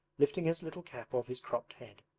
lifting his little cap off his cropped head.